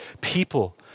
people